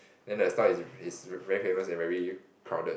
then the store is is very famous and very crowded